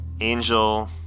Angel